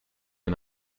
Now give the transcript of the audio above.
and